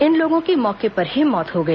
इन लोगों की मौके पर ही मौत हो गई